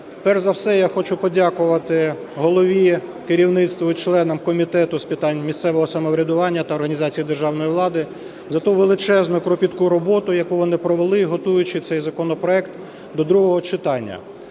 перш за все я хочу подякувати голові керівництву і членам Комітету з питань місцевого самоврядування та організації державної влади за ту величезну і кропітку роботу, яку вони провели, готуючи цей законопроект до другого читання.